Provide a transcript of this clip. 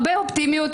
הרבה אופטימיות,